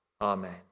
Amen